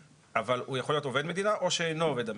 אבל הוא יכול להיות עובד מדינה או שאינו עובד מדינה.